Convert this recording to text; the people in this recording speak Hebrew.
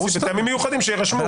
מטעמים מיוחדים שיירשמו.